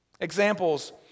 Examples